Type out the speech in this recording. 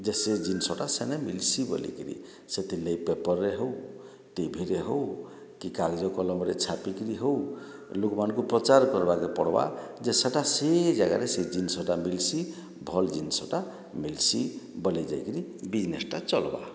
ଯେ ସେ ଜିନ୍ଷଟା ସେନେ ମିଲ୍ସି ବୋଲିକିରି ସେଥିର୍ ଲାଗି ପେପର୍ରେ ହଉ ଟିଭିରେ ହଉ କି କାଗଜ କଲମରେ ଛାପିକିରି ହଉ ଲୁକ୍ମାନଙ୍କୁ ପ୍ରଚାର୍ କର୍ବା କେ ପଡ଼୍ବା ଯେ ସେଇଟା ସେ ଜାଗାରେ ସେ ଜିନିଷ୍ଟା ମିଲ୍ସି ଭଲ୍ ଜିନ୍ଷଟା ମିଲ୍ସି ବୋଲେ ଯାଇକରି ବିଜ୍ନେସ୍ଟା ଚଲ୍ବା